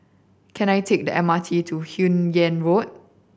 can I take the M R T to Hun Yeang Road